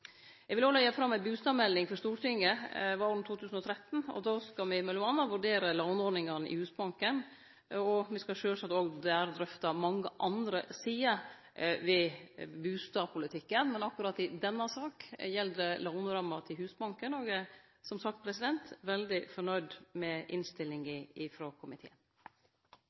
Eg vil òg leggje fram ei bustadmelding for Stortinget våren 2013. Då skal me m.a. vurdere låneordningane i Husbanken, og me skal sjølvsagt òg der drøfte mange andre sider ved bustadpolitikken. Men akkurat i denne saka gjeld låneramma til Husbanken, og eg er – som sagt – veldig nøgd med innstillinga frå komiteen.